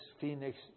Phoenix